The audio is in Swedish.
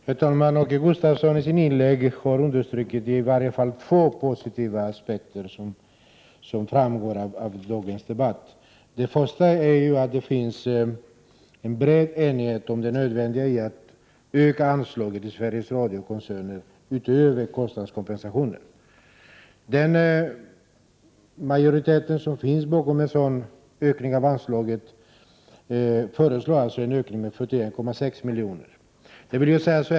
Herr talman! Åke Gustavsson underströk i sitt inlägg åtminstone två positiva aspekter i dagens debatt. Den första var att det råder bred enighet om att det är nödvändigt att öka anslaget till Sveriges Radio-koncernen utöver kostnadskompensationen. Den majoritet som finns för en sådan ökning av anslaget föreslår alltså en ökning med 41,6 milj.kr.